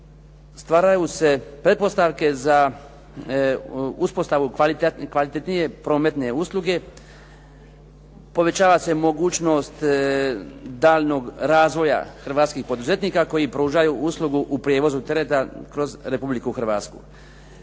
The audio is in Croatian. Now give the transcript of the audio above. stvaraju se pretpostavke za uspostavu kvalitetnije prometne usluge, povećava se mogućnost daljnjeg razvoja hrvatskih poduzetnika koji pružaju uslugu u prijevozu tereta kroz Republiku Hrvatsku.